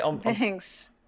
Thanks